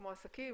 כמו עסקים,